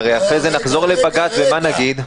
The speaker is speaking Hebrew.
הרי אחרי זה נחזור לבג"ץ ומה נגיד?